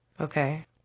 Okay